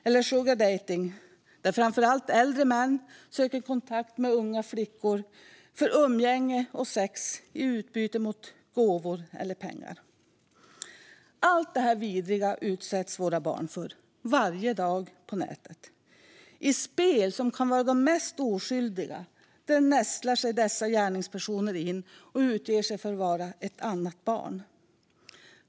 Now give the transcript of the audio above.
Vi ser också sugardejtning, där framför allt äldre män söker kontakt med unga flickor för umgänge och sex i utbyte mot gåvor eller pengar. Allt detta vidriga utsätts våra barn för, varje dag, på nätet. Det sker i de mest oskyldiga spel, där dessa gärningspersoner nästlar sig in och utger sig för att vara ett annat barn.